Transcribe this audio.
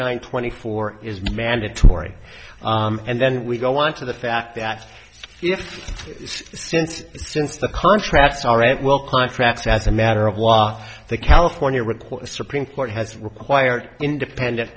nine twenty four is mandatory and then we go on to the fact that since since the contracts all right well contracts as a matter of law the california recall the supreme court has required independent